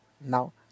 Now